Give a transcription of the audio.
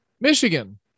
Michigan